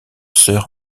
sœur